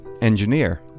engineer